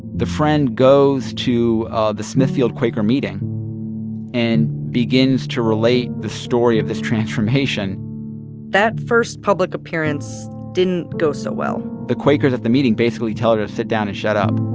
the friend goes to ah the smithfield quaker meeting and begins to relate the story of this transformation that first public appearance didn't go so well the quakers at the meeting basically tell her to sit down and shut up